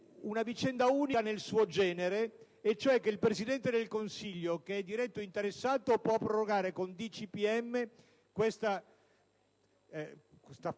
una vicenda unica nel suo genere, ossia che il Presidente del Consiglio, che è diretto interessato, può prorogare con suo decreto